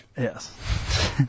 Yes